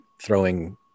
throwing